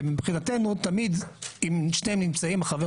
ומבחינתנו תמיד אם שניהם נמצאים החבר